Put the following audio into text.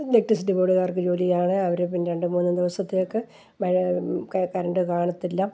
electricity ബോഡുക്കാർക്ക് ജോലിയാണ് അവർ പിന്നെ രണ്ടും മൂന്നും ദിവസത്തേക്ക് മഴ ക കറണ്ടു കാണത്തില്ല